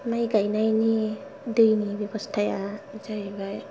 माइ गायनायनि दैनि बेबस्थाया जाहैबाय